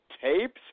tapes